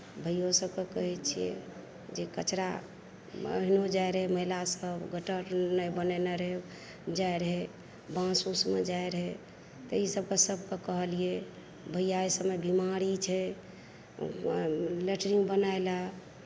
भैयो सब कऽ कहैत छियै जे कचरामे एहनो जाइ रहै महिला सब गटर नहि बनैने रहै जाइ रहै बांँस ओसमे जाए रहै तऽ ई सब तऽ सब कऽ कहलियै भैया एहि सबमे बीमारी छै लैटरिन बनाए लै